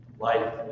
Life